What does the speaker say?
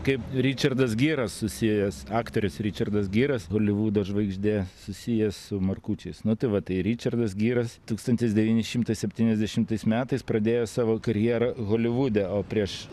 kaip ričardas gyras susijęs aktorius ričardas gyras holivudo žvaigždė susijęs su markučiais nu tai va tai ričardas gyras tūkstantis devyni šimtai septyniasdešimtais metais pradėjo savo karjerą holivude o prieš